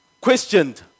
questioned